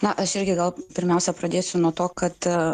na aš irgi gal pirmiausia pradėsiu nuo to kad